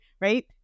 right